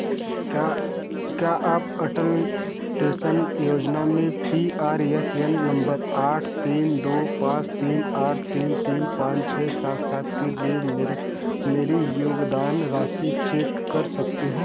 क्या क्या आप अटल पेसन योजना में P R S N number आठ तीन दो पाँच तीन आठ तीन तीन पाँच छः सात सात के लिए मेर मेरी योगदान राशि चेक कर सकते हैं